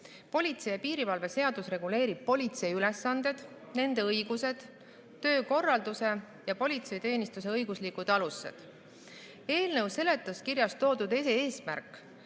Politsei ja piirivalve seadus reguleerib politsei ülesandeid, õigusi ja töökorraldust ning politseiteenistuse õiguslikke aluseid. Eelnõu seletuskirjas toodud eesmärk